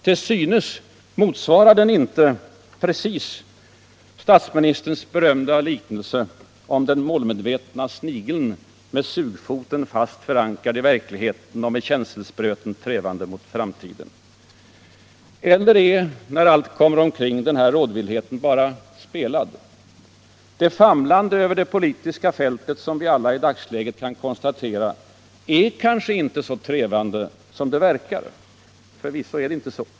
Till synes motsvarar den inte precis statsministerns berömda liknelse om den målmedvetna snigeln med sugfoten fast förankrad i verkligheten och med känselspröten trevande mot framtiden. Eller är, när allt kommer omkring, rådvillheten bara spelad? Det famlande över det politiska fältet som vi alla i dagsläget kan konstatera, är kanske inte så trevande som det verkar. Förvisso inte!